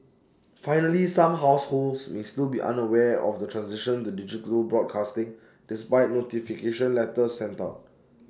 finally some households may still be unaware of the transition to digital broadcasting despite notification letters sent out